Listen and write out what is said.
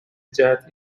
جهت